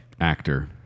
actor